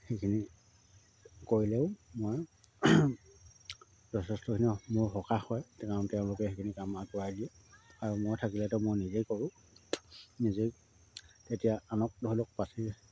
সেইখিনি কৰিলেও মই যথেষ্টখিনি মোৰ সকাহ হয় কাৰণ তেওঁলোকে সেইখিনি কাম আগ বঢ়াই দিয়ে আৰু মই থাকিলেতো মই নিজেই কৰোঁ নিজেই এতিয়া আনক ধৰি লওক পাচি